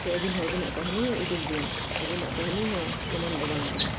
ᱪᱮᱫ ᱟᱹᱵᱤᱱ ᱦᱚᱸ ᱟᱹᱵᱤᱱᱟᱜ ᱠᱟᱹᱦᱱᱤ ᱩᱫᱩᱜ ᱵᱤᱱ ᱟᱹᱵᱤᱱᱟᱜ ᱠᱟᱹᱦᱱᱤ ᱦᱚᱸ ᱠᱚᱢᱟᱱ ᱫᱚ ᱵᱟᱝ ᱠᱟᱱᱟ